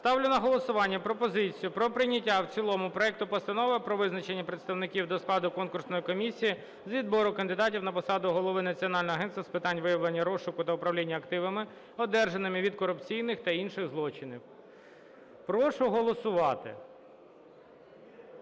Ставлю на голосування пропозицію про прийняття в цілому проекту Постанови про визначення представників до складу конкурсної комісії з відбору кандидата на посаду Голови Національного агентства з питань виявлення, розшуку та управління активами, одержаними від корупційних та інших злочинів. Прошу голосувати.